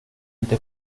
inte